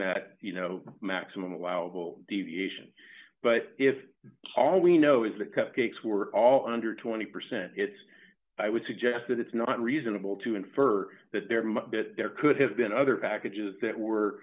that you know maximum allowable deviation but if all we know is that cupcakes were all under twenty percent it's i would suggest that it's not reasonable to infer that there might be that there could have been other packages that were